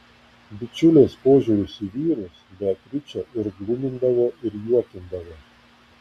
bičiulės požiūris į vyrus beatričę ir glumindavo ir juokindavo